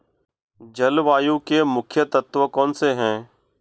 जलवायु के मुख्य तत्व कौनसे हैं?